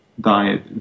diet